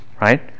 Right